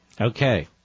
Okay